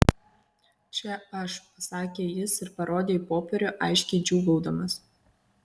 čia aš pasakė jis ir parodė į popierių aiškiai džiūgaudamas